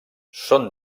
són